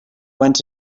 went